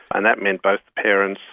and that meant both parents,